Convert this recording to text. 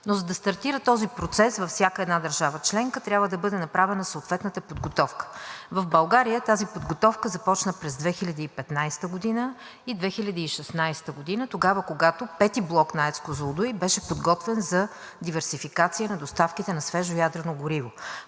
Но за да стартира този процес във всяка една държава членка, трябва да бъде направена съответната подготовка. В България тази подготовка започна през 2015 г. и 2016 г., тогава, когато V блок на АЕЦ „Козлодуй“ беше подготвен за диверсификация на доставките на свежо ядрено гориво.